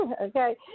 Okay